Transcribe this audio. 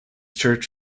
church